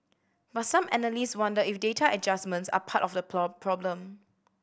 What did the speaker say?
but some analysts wonder if data adjustments are part of the problem